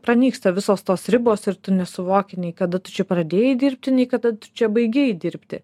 pranyksta visos tos ribos ir tu nesuvoki nei kada tu čia pradėjai dirbti nei kada čia baigei dirbti